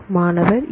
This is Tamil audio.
மாணவர்A A